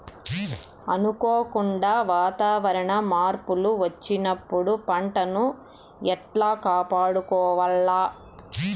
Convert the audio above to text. అనుకోకుండా వాతావరణ మార్పులు వచ్చినప్పుడు పంటను ఎట్లా కాపాడుకోవాల్ల?